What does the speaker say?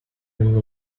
and